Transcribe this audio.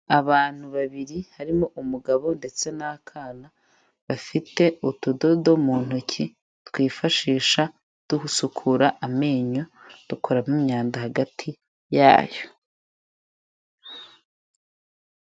Abantu babiri harimo umugabo ndetse n'akana ga bafite utudodo mu ntoki twifashisha dusukura amenyo dukuramo imyanda hagati yayo.